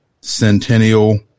Centennial